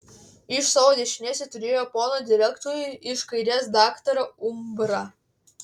iš savo dešinės ji turėjo poną direktorių iš kairės daktarą umbrą